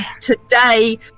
today